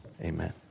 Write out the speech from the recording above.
amen